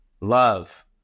love